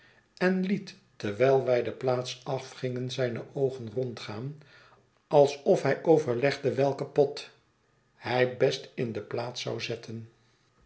en liet terwijl wij de plaats afgingen zijne oogen rondgaan alsof hij overlegde welken pot hij best in de plaats zou zetten